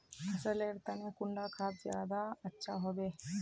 फसल लेर तने कुंडा खाद ज्यादा अच्छा हेवै?